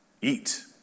eat